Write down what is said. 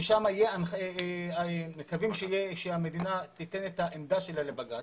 ששם אנחנו מקווים שהמדינה תיתן את העמדה שלה לבג"צ.